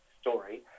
story